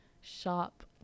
shop